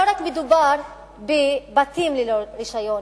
לא מדובר רק בבתים ללא רשיון,